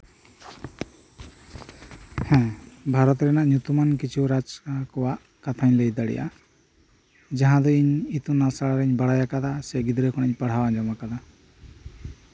ᱦᱮᱸ ᱵᱷᱟᱨᱚᱛ ᱨᱮᱱ ᱠᱤᱪᱷᱩᱜᱟᱱ ᱨᱟᱡᱟ ᱠᱚᱣᱟᱜ ᱠᱟᱛᱷᱟᱧ ᱞᱟᱹᱭ ᱫᱟᱲᱮᱭᱟᱜᱼᱟ ᱡᱟᱸᱦᱟ ᱫᱚ ᱤᱧ ᱤᱛᱩᱱ ᱟᱥᱲᱟ ᱨᱤᱧ ᱵᱟᱲᱟᱭ ᱟᱠᱟᱫᱟ ᱥᱮ ᱜᱤᱫᱽᱨᱟᱹ ᱠᱷᱚᱱ ᱤᱧ ᱯᱟᱲᱦᱟᱣ ᱟᱸᱡᱚᱢ ᱟᱠᱟᱫᱟ